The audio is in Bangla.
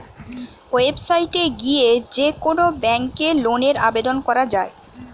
ওয়েবসাইট এ গিয়ে যে কোন ব্যাংকে লোনের আবেদন করা যায়